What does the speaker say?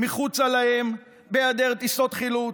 מחוצה להם, בהיעדר טיסות חילוץ,